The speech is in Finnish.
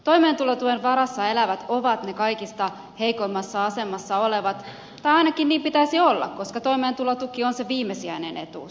toimeentulotuen varassa elävät ovat niitä kaikkein heikoimmassa asemassa olevia tai ainakin niin pitäisi olla koska toimeentulotuki on se viimesijainen etuus